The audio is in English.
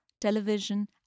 television